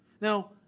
Now